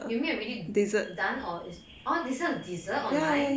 you mean already done or it's all this kind of dessert online